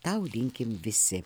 tau linkim visi